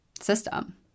system